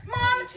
Mom